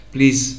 Please